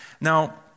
Now